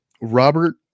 Robert